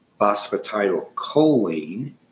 phosphatidylcholine